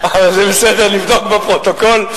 זה בסדר, נבדוק בפרוטוקול.